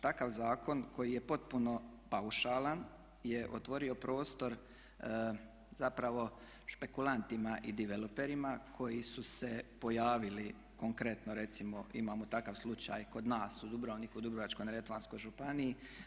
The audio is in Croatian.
Takav zakon koji je potpuno paušalan je otvorio prostor zapravo špekulantima i developerima koji su se pojavili konkretno recimo imamo takav slučaj kod nas u Dubrovniku u Dubrovačko-neretvanskoj županiji.